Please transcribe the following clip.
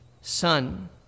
son